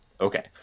Okay